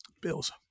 Bills